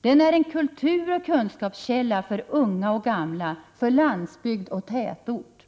Den är en kulturoch kunskapskälla för unga och gamla, för landsbygd och tätort.